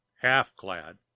half-clad